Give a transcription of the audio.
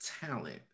talent